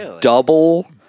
double